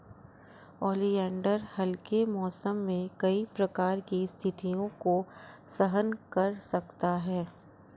oleander हल्के मौसम में कई प्रकार की स्थितियों को सहन कर सकता है